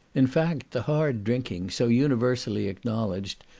in fact, the hard drinking, so universally acknowledged,